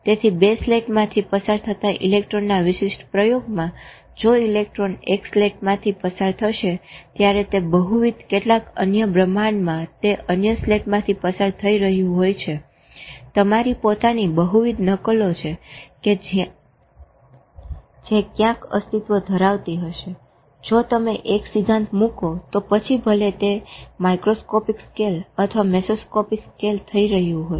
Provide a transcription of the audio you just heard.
તેથી બે સ્લેટમાંથી પસાર થતા ઇલેક્ટ્રોનના વિશિષ્ટ પ્રયોગમાં જો ઈલેક્ટ્રોન એક સ્લેટમાંથી પસાર થશે ત્યારે તે બહુવિધ કેટલાક અન્ય બ્રહ્માંડમાં તે અન્ય સ્લેટમાંથી પસાર થઇ રહ્યું હોય છે તમારી પોતાની બહુવિધ નકલો છે જે ક્યાંક અસ્તિત્વ ધરાવતી હશે જો તમે એક સિદ્ધાંત મુકો તો પછી ભલે તે માઈક્રોસ્કોપીક સ્કેલ અથવા મેસોસ્કોપીક સ્કેલમાં થઇ રહ્યું હોય